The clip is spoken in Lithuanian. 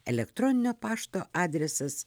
elektroninio pašto adresas